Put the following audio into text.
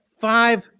five